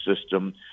system